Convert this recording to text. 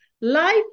life